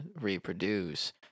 reproduce